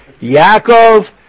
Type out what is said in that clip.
Yaakov